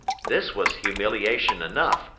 this was humiliation enough,